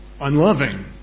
unloving